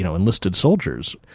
you know enlisted soldiers.